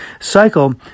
cycle